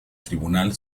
tribunal